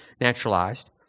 naturalized